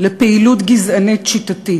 לפעילות גזענית שיטתית.